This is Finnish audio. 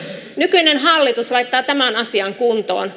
nykyinen hallitus laittaa tämän asian kuntoon